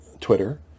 Twitter